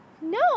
No